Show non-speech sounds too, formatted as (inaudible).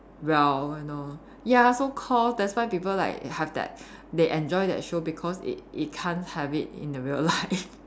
well you know ya so called that's why people like have that they enjoy that show because it it can't have it in the real life (laughs)